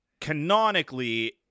canonically